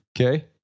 Okay